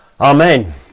Amen